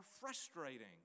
frustrating